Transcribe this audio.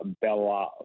Bella